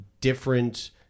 different